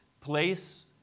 place